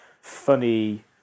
funny